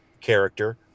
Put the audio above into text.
character